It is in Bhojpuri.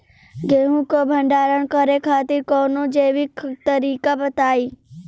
गेहूँ क भंडारण करे खातिर कवनो जैविक तरीका बताईं?